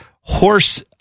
horse